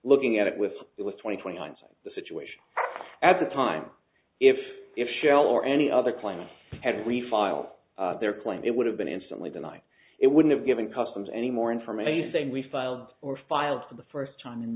looking at it with that with twenty twenty hindsight the situation at the time if if shell or any other claimant had refile their claim it would have been instantly denied it wouldn't have given customs any more information saying we filed or filed for the first time in